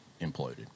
imploded